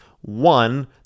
one